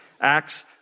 Acts